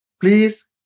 Please